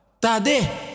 Tade